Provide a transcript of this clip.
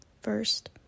first